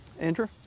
Andrew